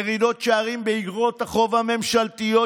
ירידות שערים באגרות החוב הממשלתיות,